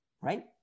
right